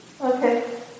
Okay